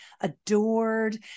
adored